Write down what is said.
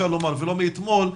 ולא מאתמול,